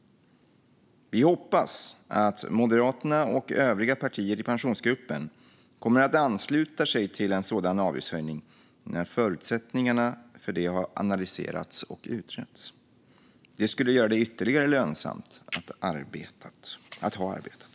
Vi hoppas att Moderaterna och övriga partier i Pensionsgruppen kommer att ansluta sig till en sådan avgiftshöjning när förutsättningarna för det har analyserats och utretts. Det skulle göra det ytterligare lönsamt att ha arbetat.